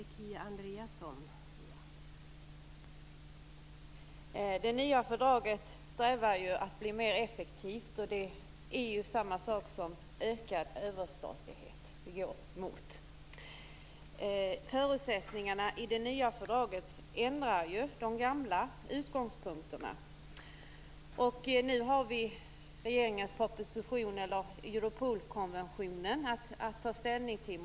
Fru talman! Strävan med det nya fördraget är ju att det skall bli mer effektivt, och det är ju samma sak som att vi går mot ökad överstatlighet. Förutsättningarna i det nya fördraget ändrar ju de gamla utgångspunkterna. Vi har nu regeringens proposition och Europolkonventionen att ta ställning till.